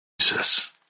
Jesus